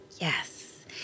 Yes